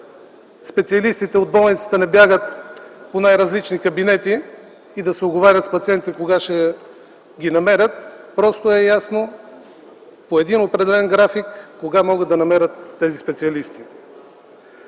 специалистите от болниците не бягат по най-различни кабинети и не се уговарят с пациентите кога ще ги намерят, просто по един определен график е ясно кога могат да бъдат намерени тези специалисти.